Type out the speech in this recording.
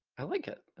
i like it